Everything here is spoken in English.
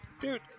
dude